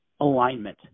alignment